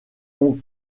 ont